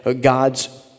God's